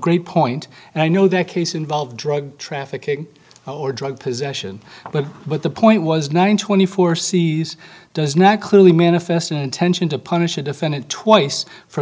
great point and i know that case involved drug trafficking or drug possession but but the point was not in twenty four sees does not clearly manifest an intention to punish a defendant twice for